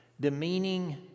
demeaning